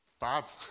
bad